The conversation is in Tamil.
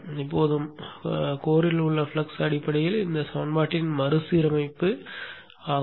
இப்போது மையத்தில் உள்ள ஃப்ளக்ஸ் அடிப்படையில் இந்த சமன்பாட்டின் மறுசீரமைப்பு ஆகும்